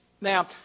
Now